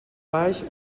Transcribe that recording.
baix